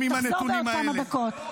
תחזור בעוד כמה דקות.